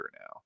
now